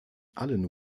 allen